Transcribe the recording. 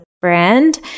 brand